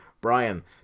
brian